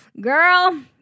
girl